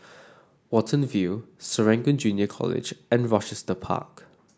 Watten View Serangoon Junior College and Rochester Park